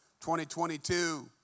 2022